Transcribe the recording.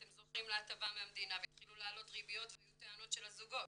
אתם זוכים להטבה מהמדינה" והתחילו להעלות ריביות והיו טענות של הזוגות.